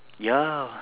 ya